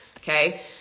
Okay